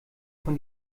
von